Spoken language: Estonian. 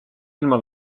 ilma